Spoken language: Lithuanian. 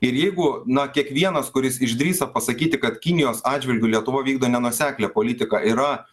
ir jeigu na kiekvienas kuris išdrįsta pasakyti kad kinijos atžvilgiu lietuva vykdo nenuoseklią politiką yra